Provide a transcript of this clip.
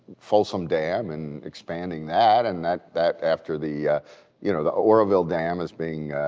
folsom dam and expanding that, and that that after the you know the oroville dam is being